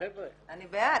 אני בעד.